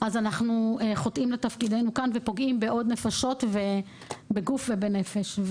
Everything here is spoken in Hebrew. אז אנחנו חוטאים לתפקידנו כאן ופוגעים בעוד נפשות בגוף ובנפש.